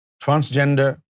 transgender